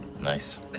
nice